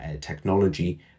technology